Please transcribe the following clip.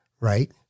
right